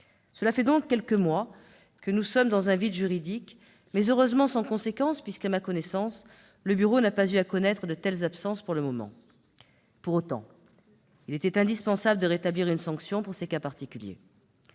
Cela fait donc quelques mois que nous nous trouvons dans un vide juridique, heureusement sans conséquence, puisque le bureau, à ma connaissance, n'a pas eu à connaître de telles absences pour le moment. Pour autant, il était indispensable de rétablir une sanction pour ces cas particuliers.